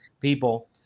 people